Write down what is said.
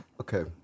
Okay